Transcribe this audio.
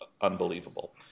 unbelievable